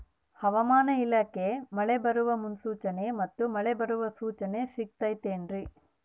ಹವಮಾನ ಇಲಾಖೆ ಮಳೆ ಬರುವ ಮುನ್ಸೂಚನೆ ಮತ್ತು ಮಳೆ ಬರುವ ಸೂಚನೆ ಸಿಗುತ್ತದೆ ಏನ್ರಿ?